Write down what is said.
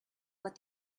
what